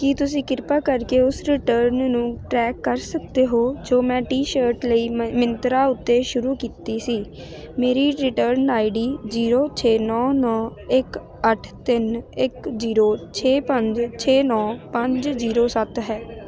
ਕੀ ਤੁਸੀਂ ਕਿਰਪਾ ਕਰਕੇ ਉਸ ਰਿਟਰਨ ਨੂੰ ਟਰੈਕ ਕਰ ਸਕਦੇ ਹੋ ਜੋ ਮੈਂ ਟੀ ਸ਼ਰਟ ਲਈ ਮਮਿੰਤਰਾ ਉੱਤੇ ਸ਼ੁਰੂ ਕੀਤੀ ਸੀ ਮੇਰੀ ਰਿਟਰਨ ਆਈ ਡੀ ਜੀਰੋੋ ਛੇ ਨੌ ਨੌ ਇੱਕ ਅੱਠ ਤਿੰਨ ਇੱਕ ਜੀਰੋ ਛੇ ਪੰਜ ਛੇ ਨੌ ਪੰਜ ਜੀਰੋੋ ਸੱਤ ਹੈ